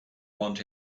want